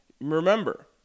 Remember